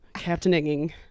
captaining